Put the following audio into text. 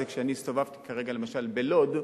כשאני הסתובבתי למשל בלוד,